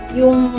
yung